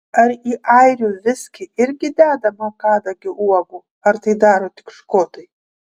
ar į airių viskį irgi dedama kadagio uogų ar tai daro tik škotai